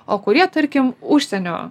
o kurie tarkim užsienio